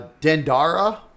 Dendara